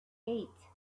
eight